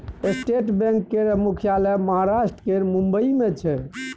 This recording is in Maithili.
स्टेट बैंक केर मुख्यालय महाराष्ट्र केर मुंबई मे छै